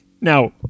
Now